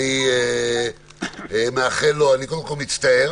אני קודם כל מצטער